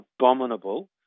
abominable